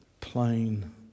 plain